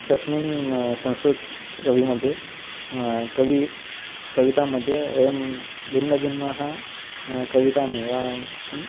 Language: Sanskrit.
तस्मिन् संस्कृतकविमध्ये कविः कवितामध्ये वयं भिन्नभिन्नाः कवितानि वा किं